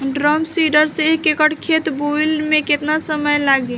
Drum seeder से एक एकड़ खेत बोयले मै कितना समय लागी?